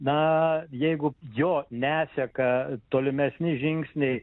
na jeigu jo neseka tolimesni žingsniai